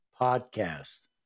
podcast